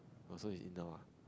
oh so he's in now ah